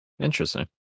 interesting